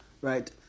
Right